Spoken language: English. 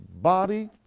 body